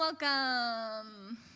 welcome